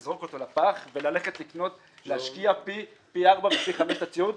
לזרוק אותו לפח וללכת להשקיע פי ארבע ופי חמש בציוד,